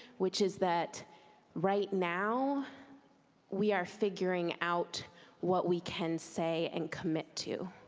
which is that right now we are figuring out what we can say and commit to.